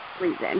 reason